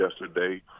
yesterday